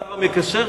אתה גם השר המקשר.